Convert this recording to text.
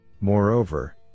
Moreover